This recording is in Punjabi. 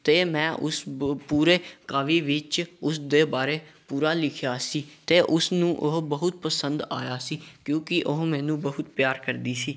ਅਤੇ ਮੈਂ ਉਸ ਬ ਪੂਰੇ ਕਾਵਿ ਵਿੱਚ ਉਸਦੇ ਬਾਰੇ ਪੂਰਾ ਲਿਖਿਆ ਸੀ ਅਤੇ ਉਸਨੂੰ ਉਹ ਬਹੁਤ ਪਸੰਦ ਆਇਆ ਸੀ ਕਿਉਂਕਿ ਉਹ ਮੈਨੂੰ ਬਹੁਤ ਪਿਆਰ ਕਰਦੀ ਸੀ